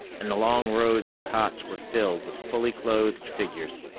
and the long rows of cots were filled with fully clothed figures.